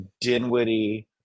Dinwiddie